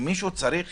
שמישהו צריך